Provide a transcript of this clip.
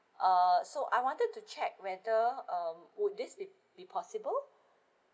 uh so I wanted to check whether um would this be possible